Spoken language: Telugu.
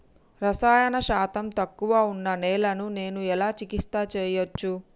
రసాయన శాతం తక్కువ ఉన్న నేలను నేను ఎలా చికిత్స చేయచ్చు?